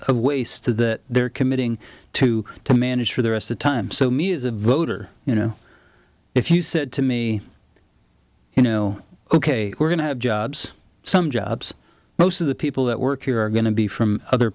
of waste a that they're committing to to manage for the rest of time so me as a voter you know if you said to me you know ok we're going to have jobs some jobs most of the people that work here are going to be from other